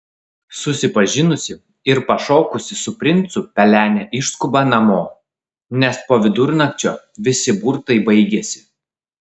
susipažinusi ir pašokusi su princu pelenė išskuba namo nes po vidurnakčio visi burtai baigiasi